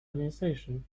administration